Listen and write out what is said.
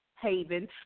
haven